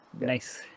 nice